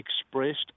expressed